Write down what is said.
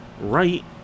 right